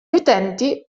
utenti